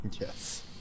Yes